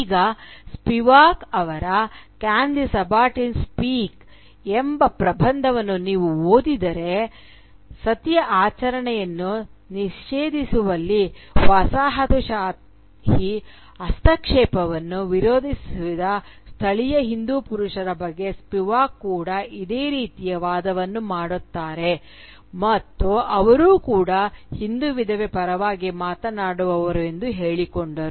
ಈಗ ಸ್ಪಿವಾಕ್ ಅವರ "can the subaltern speak the Subaltern Speak" ಎಂಬ ಪ್ರಬಂಧವನ್ನು ನೀವು ಓದಿದರೆ ಸತಿಯ ಆಚರಣೆಯನ್ನು ನಿಷೇಧಿಸುವಲ್ಲಿ ವಸಾಹತುಶಾಹಿ ಹಸ್ತಕ್ಷೇಪವನ್ನು ವಿರೋಧಿಸಿದ ಸ್ಥಳೀಯ ಹಿಂದೂ ಪುರುಷರ ಬಗ್ಗೆ ಸ್ಪಿವಾಕ್ ಕೂಡ ಇದೇ ರೀತಿಯ ವಾದವನ್ನು ಮಾಡುತ್ತಾರೆ ಮತ್ತು ಅವರು ಕೂಡ ಹಿಂದೂ ವಿಧವೆ ಪರವಾಗಿ ಮಾತನಾಡುವವರು ಎಂದು ಹೇಳಿಕೊಂಡರು